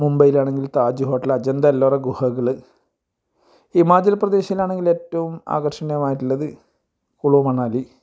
മുമ്പൈലാണങ്കിൽ Taj hotel Ajanta Ellora ഗുഹകൾ ഹിമാചൽ പ്രദേശിലാണെങ്കിലേറ്റോം ആകർഷണിയമായിട്ടുള്ളത് കുളൂ മണാലി